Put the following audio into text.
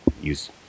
use